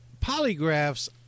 polygraphs